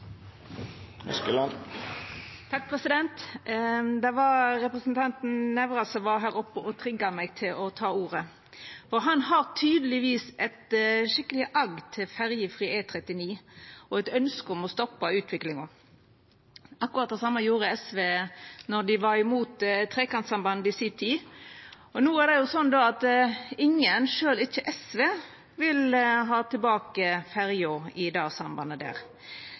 Det var representanten Nævra som var her oppe og trigga meg til å ta ordet. Han har tydelegvis eit skikkeleg agg til ferjefri E39 og eit ønske om å stoppa utviklinga. Akkurat det same gjorde SV då dei var imot Trekantsambandet i si tid. No er det jo slik at ingen, sjølv ikkje SV, vil ha tilbake ferja i det sambandet.